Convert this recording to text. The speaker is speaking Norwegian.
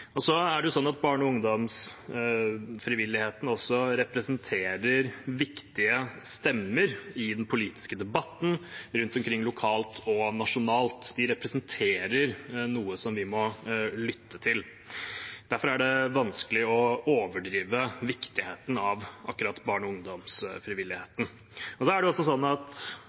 og ungdomsfrivilligheten representerer også viktige stemmer i den politiske debatten rundt omkring lokalt og nasjonalt. De representerer noe som vi må lytte til. Derfor er det vanskelig å overdrive viktigheten av akkurat barne- og ungdomsfrivilligheten. Det er også sånn at